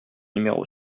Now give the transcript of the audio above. numéro